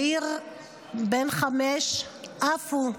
מאיר בן חמש, אף הוא